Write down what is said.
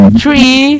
three